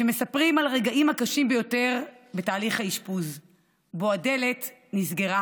שמספרים על הרגעים הקשים ביותר בתהליך האשפוז שבהם הדלת נסגרה